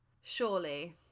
Surely